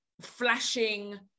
flashing